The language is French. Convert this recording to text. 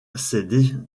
ses